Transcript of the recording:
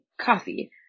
coffee